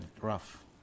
rough